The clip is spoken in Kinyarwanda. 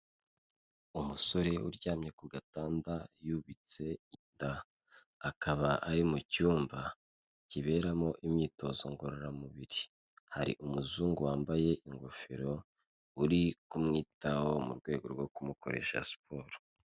Umusore uryamye ku gatanda yubitse inda akaba ari mu cyumba kiberamo imyitozo ngororamubiri hari umuzungu wambaye ingofero uri kumwitaho mu rwego rwo kumukoresha siporo.